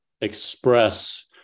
express